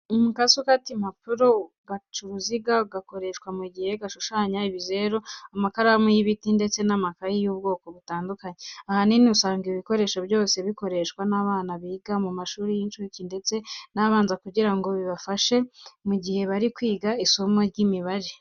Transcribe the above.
Umukasi ukata impapuro, agacaruziga gakoreshwa mu gihe bashushanya ibizeru, amakaramu y'ibiti ndetse n'amakayi y'ubwoko butandukanye, ahanini usanga ibi bikoresho byose bikoreshwa n'abana biga mu mashuri y'incuke ndetse n'abanza kugira ngo bibafashe mu gihe bari kwiga isomo ry'imibare.